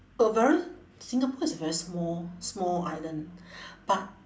overall singapore is a very small small island but